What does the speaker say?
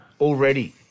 Already